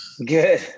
Good